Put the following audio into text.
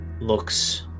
looks